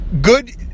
Good